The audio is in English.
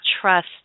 trust